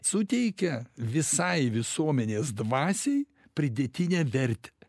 suteikia visai visuomenės dvasiai pridėtinę vertę